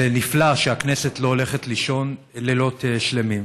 זה נפלא שהכנסת לא הולכת לישון לילות שלמים,